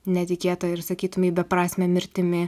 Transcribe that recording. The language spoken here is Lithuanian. netikėta ir sakytumei beprasme mirtimi